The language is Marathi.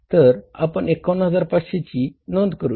तर आपण 51500 ची नोंद करूया